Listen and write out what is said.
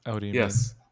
Yes